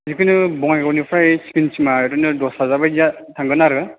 जिखुनु बङाइगावनिफ्राय स्किमसिमआ ओरैनो दस हाजार बायदिया थांगोन आरो